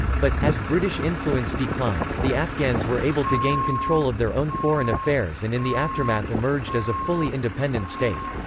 but, as british influence declined, the afghans were able to gain control of their own foreign affairs and in the aftermath emerged as a fully independent state.